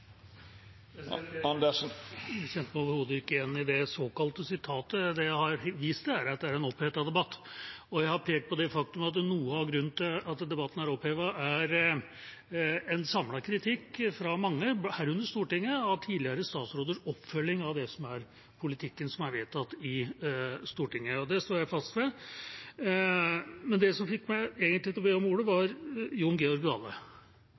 kjente meg overhodet ikke igjen i det såkalte sitatet. Det jeg har vist til, er at det er en opphetet debatt, og jeg har pekt på det faktum at noe av grunnen til at debatten er opphetet, er en samlet kritikk fra mange, herunder Stortinget, av tidligere statsråders oppfølging av det som er politikken som er vedtatt i Stortinget. Det står jeg fast ved. Men den som egentlig fikk meg til å be om ordet, var Jon Georg Dale.